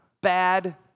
bad